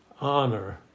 honor